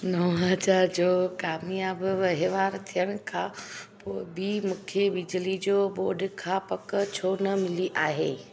नव हज़ार जो कामयाबु वहिंवार थियण खां पोइ बि मूंखे बिजली बोर्ड खां पक छो न मिली आहे